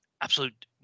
absolute